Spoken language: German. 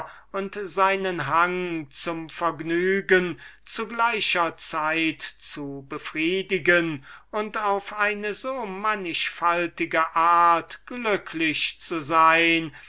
und seinen hang zum vergnügen zu gleicher zeit zu befriedigen und auf eine so mannichfaltige art glücklich zu sein